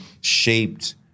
shaped